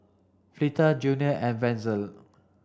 Fleta Junia and Wenzel